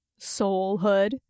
soulhood